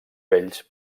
vells